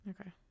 Okay